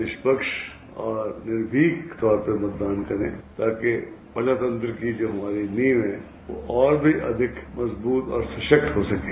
निष्पक्ष और निर्भीक तौर पर मतदान करें ताकि प्रजातंत्र की जो हमारी नींव है और भी अधिक मजबूत और सशक्त हो सकें